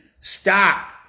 Stop